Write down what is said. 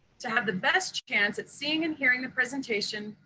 to have the best chance at seeing and hearing the presentation,